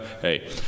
hey